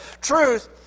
truth